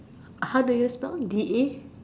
how do you start it is